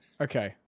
Okay